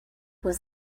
was